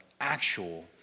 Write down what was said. actual